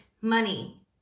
money